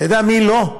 אתה יודע מי לא?